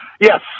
Yes